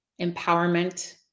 empowerment